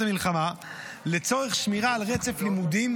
המלחמה לצורך שמירה על רצף לימודים,